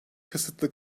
kısıtlı